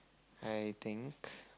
I think